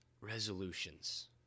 resolutions